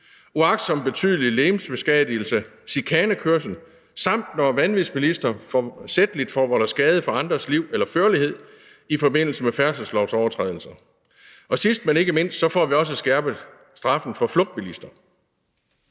uagtsom betydelig legemsbeskadigelse, chikanekørsel, samt når vanvidsbilister forsætlig forvolder skade på andres liv eller førlighed i forbindelse med færdselslovsovertrædelser. Sidst, men ikke mindst, får vi også skærpet straffen for flugtbilister.